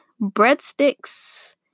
breadsticks